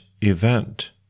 event